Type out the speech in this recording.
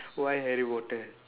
why harry potter